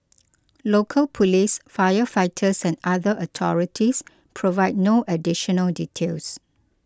local police firefighters and other authorities provided no additional details